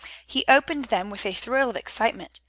he opened them with a thrill of excitement.